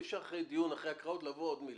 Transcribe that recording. אי אפשר אחרי דיון ואחרי הקראות לבוא ולהגיד עוד מילה.